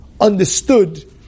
understood